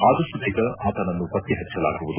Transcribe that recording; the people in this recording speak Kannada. ಆದಷ್ಟು ಬೇಗ ಅತನನ್ನು ಪತ್ತೆ ಹಚ್ಚಲಾಗುವುದು